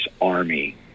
Army